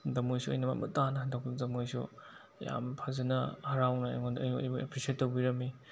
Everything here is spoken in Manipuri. ꯑꯗ ꯃꯣꯏꯁꯨ ꯑꯩꯅ ꯃꯃꯨꯠꯇꯥꯅ ꯍꯟꯗꯣꯛꯄꯤꯕꯗ ꯃꯣꯏꯁꯨ ꯌꯥꯝ ꯐꯖꯅ ꯍꯔꯥꯎꯅ ꯑꯩꯉꯣꯟꯗ ꯑꯦꯄ꯭ꯔꯤꯁꯦꯠ ꯇꯧꯕꯤꯔꯝꯃꯤ